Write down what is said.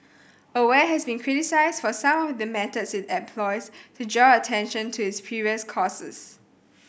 aware has been criticised for some of the methods it employs to draw attention to its previous causes